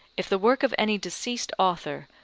if the work of any deceased author,